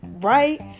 right